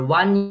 one